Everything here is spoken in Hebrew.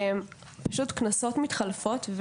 כנסות מתחלפות,